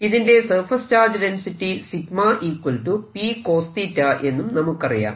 ഇതിന്റെ surface charge density P എന്നും നമുക്കറിയാം